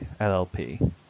LLP